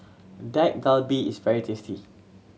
Dak Galbi is very tasty